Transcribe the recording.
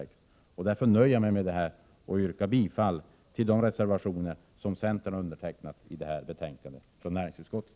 18.00. Därför nöjer jag mig med detta och yrkar bifall till de reservationer som centern undertecknat i betänkandet från näringsutskottet.